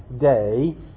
day